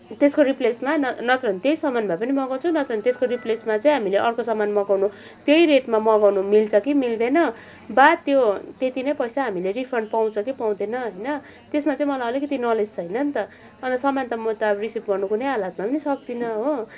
त्यसको रिप्लेसमा नत्र भने त्यही सामान भए पनि मगाउँछु नत्र भने त्यसको रिप्लेसमा चाहिँ हामीले अर्को सामान मगाउन त्यही रेटमा मगाउन मिल्छ कि मिल्दैन वा त्यो त्यति नै पैसा हामीले रिफन्ड पाउछ कि पाउँदैन होइन त्यसमा चाहिँ मलाई अलिकति नलेज छैन नि त अन्त सामान त म त अब रिसिभ गर्न कुनै हालतमा पनि सक्दिनँ हो